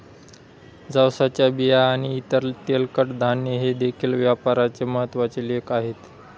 जवसाच्या बिया आणि इतर तेलकट धान्ये हे देखील व्यापाराचे महत्त्वाचे लेख आहेत